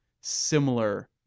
similar